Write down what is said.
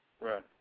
Right